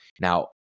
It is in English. Now